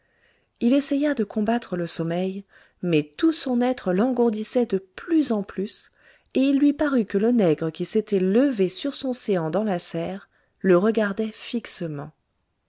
il essaya de combattre le sommeil mais tout son être l'engourdissait de plus en plus et il lui parut que le nègre qui s'était levé sur son séant dans la serre le regardait